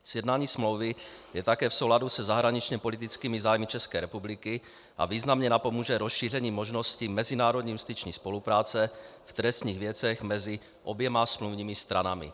Sjednání smlouvy je také v souladu se zahraničněpolitickými zájmy České republiky a významně napomůže rozšíření možnosti mezinárodní justiční spolupráce v trestních věcech mezi oběma smluvními stranami.